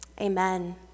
Amen